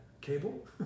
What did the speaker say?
cable